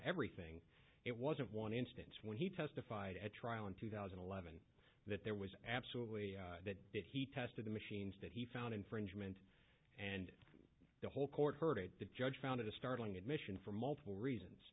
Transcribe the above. everything it wasn't one instance when he testified at trial in two thousand and eleven that there was absolutely that that he tested the machines that he found infringement and the whole court heard the judge found a startling admission for multiple reasons